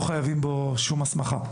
לא חייבים בו שום הסמכה,